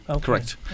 Correct